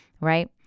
right